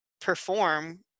perform